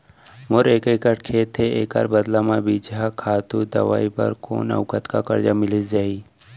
मोर एक एक्कड़ खेत हे, एखर बदला म बीजहा, खातू, दवई बर कोन अऊ कतका करजा मिलिस जाही?